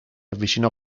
avvicinò